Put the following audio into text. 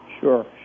Sure